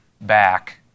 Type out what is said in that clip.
back